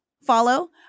follow